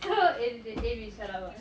அசலு :asalu actually